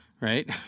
Right